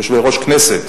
יושבי-ראש כנסת,